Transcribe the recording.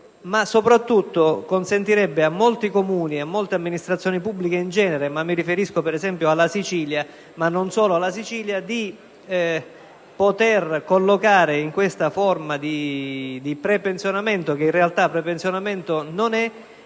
ma soprattutto permetterebbe a molti Comuni e a molte amministrazioni pubbliche in genere (mi riferisco per esempio alla Sicilia, ma non solo) di collocare in questa forma di prepensionamento (che in realtà prepensionamento non è)